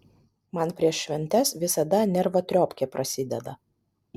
man prieš šventes visada nervatriopkė prasideda